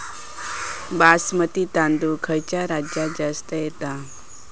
बासमती तांदूळ खयच्या राज्यात जास्त येता?